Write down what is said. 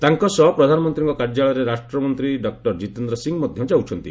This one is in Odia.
ତାଙ୍କ ସହ ପ୍ରଧାନମନ୍ତ୍ରୀଙ୍କ କାର୍ଯ୍ୟାଳୟରେ ରାଷ୍ଟ୍ରମନ୍ତ୍ରୀ ଡକ୍ଟର ଜୀତେନ୍ଦ୍ର ସିଂହ ମଧ୍ୟ ଯାଉଛନ୍ତି